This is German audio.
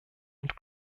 und